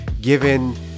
given